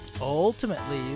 Ultimately